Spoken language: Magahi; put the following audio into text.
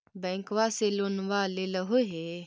बैंकवा से लोनवा लेलहो हे?